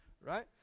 right